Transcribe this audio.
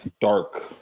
dark